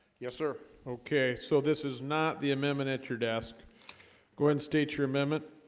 yes, sir, okay, so this is not the amendment at your desk go and state your amendment